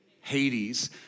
Hades